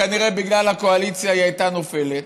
כנראה בגלל הקואליציה היא הייתה נופלת,